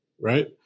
right